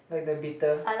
like the bitter